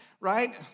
right